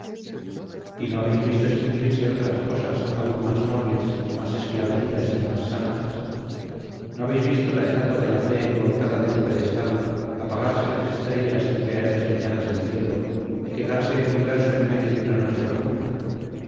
y no habéis visto extinguirse otras cosas aún más nobles más esclarecidas y más santas no habéis visto la estatua de la fe volcada de su pedestal apagarse las estrellas y caer despeñadas del cielo y quedarse el universo en medio de una noche profunda